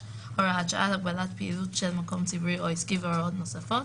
(הוראת שעה)(הגבלת פעילות של מקום ציבורי או עסקי והוראות נוספות),